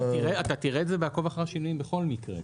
אתה תראה את זה בעקוב אחרי השינויים בכל מקרה.